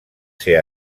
ser